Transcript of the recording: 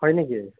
হয় নেকি